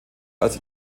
als